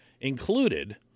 included